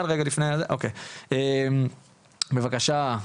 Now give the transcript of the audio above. סעדי, בבקשה.